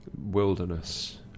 wilderness